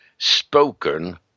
spoken